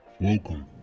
Welcome